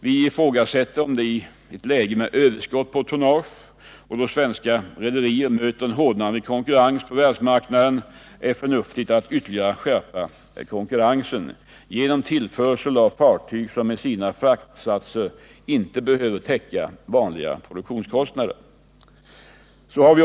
Vi ifrågasätter om det i ett läge med överskott på tonnage och då svenska rederier möter en hårdnande konkurrens på världsmarknaden är förnuftigt att ytterligare skärpa konkurrensen genom tillförsel av fartyg som i sina fraktsatser inte behöver täcka vanliga produktionskostnader.